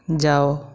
ଯାଅ